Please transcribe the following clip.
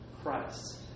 Christ